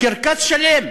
קרקס שלם,